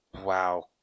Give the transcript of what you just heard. Wow